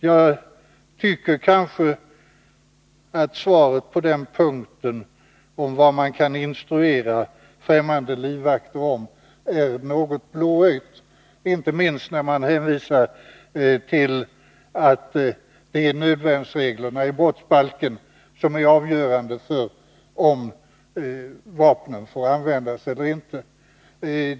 Jag tycker kanske att svaret på den punkten — vad man instruerar ffrämmande livvakter om —- är något blåögt, inte minst hänvisningen till nödvärnsreglerna i brottsbalken, som är avgörande för om vapen får användas eller inte.